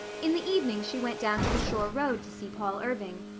in the evening she went down to the shore road to see paul irving.